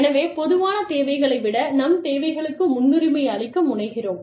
எனவே பொதுவான தேவைகளை விட நம் தேவைகளுக்கு முன்னுரிமை அளிக்க முனைகிறோம்